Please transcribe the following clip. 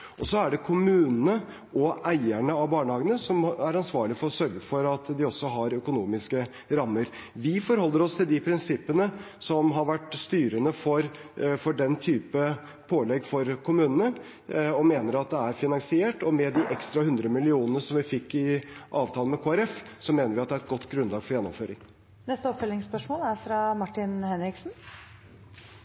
Så er det kommunene og eierne av barnehagene som er ansvarlig for å sørge for at de også har økonomiske rammer. Vi forholder oss til de prinsippene som har vært styrende for den type pålegg for kommunene, og mener at det er finansiert. Med de ekstra 100 mill. kr som vi fikk i avtalen med Kristelig Folkeparti, mener vi det er et godt grunnlag for gjennomføring. Det blir oppfølgingsspørsmål – først Martin Henriksen.